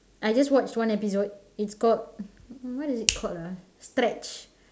I just watched one episode it's called what is it called ah stretch